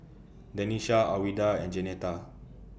Denisha Alwilda and Jeanetta